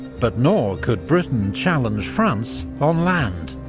but nor could britain challenge france on land.